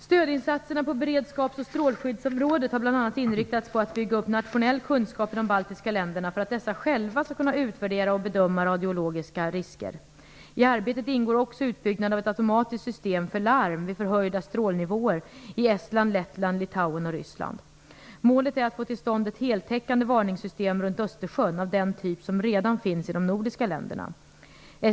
Stödinsatserna på beredskaps och strålskyddsområdet har bl.a. inriktats på att bygga upp nationell kunskap i de baltiska länderna för att dessa själva skall kunna utvärdera och bedöma radiologiska risker. I arbetet ingår också utbyggnad av ett automatiskt system för larm vid förhöjda strålnivåer i Estland, Lettland, Litauen och Ryssland. Målet är att få till stånd ett heltäckande varningssystem runt Östersjön av den typ som redan fins i de nordiska länderna.